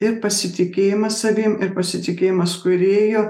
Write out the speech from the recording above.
ir pasitikėjimas savim ir pasitikėjimas kūrėjo